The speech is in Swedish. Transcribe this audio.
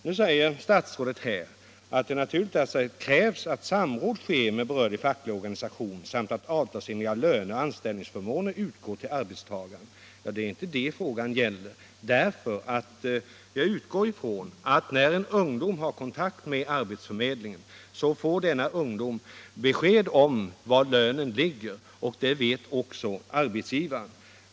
Nu säger statsrådet att det är naturligt att det ”krävs att samråd sker med berörd facklig organisation samt att avtalsenliga löneoch anställningsförmåner utgår till arbetstagarna”. Det är inte det frågan gäller. Jag utgår ifrån att när ungdomar har kontakt med arbetsförmedlingen så får de besked om var lönen ligger, och det vet också arbetsgivaren.